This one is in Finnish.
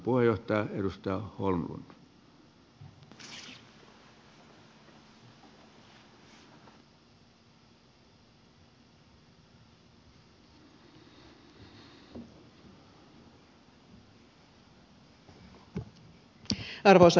arvoisa herra puhemies